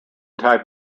type